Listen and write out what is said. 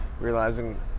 realizing